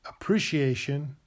Appreciation